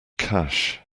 cash